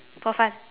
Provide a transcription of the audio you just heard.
for fun